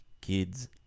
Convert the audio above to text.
kids